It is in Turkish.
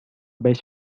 beş